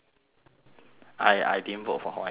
I I didn't vote for myself as well